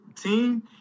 team